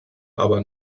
aber